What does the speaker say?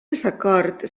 desacord